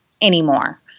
anymore